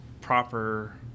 proper